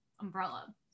umbrella